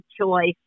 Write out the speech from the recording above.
choice